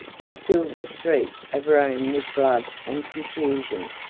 and filled the streets of rome with blood and confusion.